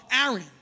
Aaron